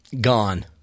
Gone